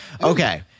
Okay